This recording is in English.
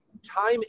Time